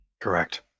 Correct